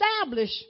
establish